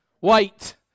Wait